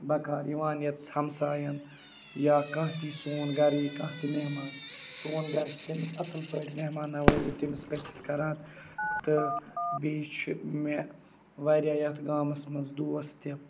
بَکار یِوان ییَتٮ۪تھ ہَمسایَن یا کانٛہہ تہِ سون گَرٕ یی کانٛہہ تہِ مہمان سون گَرٕ چھِ تٔمِس اَصٕل پٲٹھۍ مہمان نوٲزی تٔمِس پٔژھِس کَران تہٕ بیٚیہِ چھِ مےٚ واریاہ یَتھ گامَس منٛز دوس تہِ